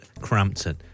Crampton